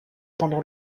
pendant